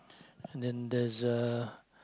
and then there's a